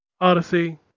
Odyssey